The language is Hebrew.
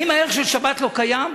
האם הערך של שבת לא קיים?